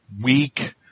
Weak